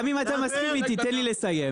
גם אם אתה מסכים איתי, תן לי לסיים.